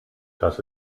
das